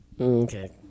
Okay